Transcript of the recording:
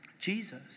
Jesus